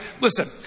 Listen